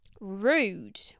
Rude